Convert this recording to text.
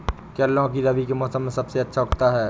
क्या लौकी रबी के मौसम में सबसे अच्छा उगता है?